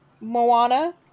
Moana